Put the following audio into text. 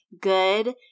good